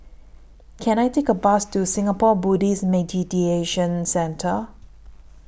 Can I Take A Bus to Singapore Buddhist Meditation Centre